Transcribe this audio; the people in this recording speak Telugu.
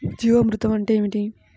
జీవామృతం అంటే ఏమిటి?